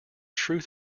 truth